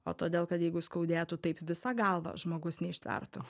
o todėl kad jeigu skaudėtų taip visą galvą žmogus neištvertų